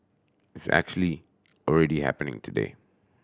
it's actually already happening today